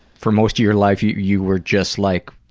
for most of your life, you you were just, like,